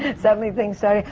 and suddenly things started.